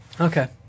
Okay